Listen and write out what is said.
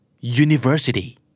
University